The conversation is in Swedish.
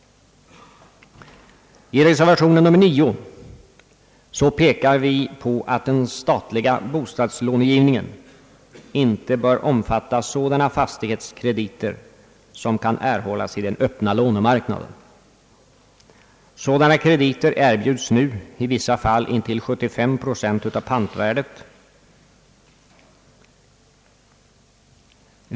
I reservation nr 9 pekar vi på att den statliga bostadslånegivningen inte bör omfatta sådana fastighetskrediter som kan erhållas i den öppna lånemarknaden, Sådana krediter erbjuds nu, i vissa fall intill 75 procent av pantvärdet.